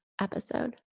episode